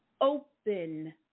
open